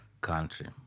country